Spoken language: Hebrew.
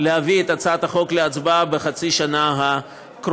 להביא את הצעת החוק להצבעה בחצי השנה הקרובה,